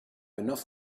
enough